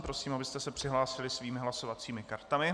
Prosím, abyste se přihlásili svými hlasovacími kartami.